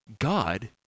God